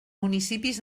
municipis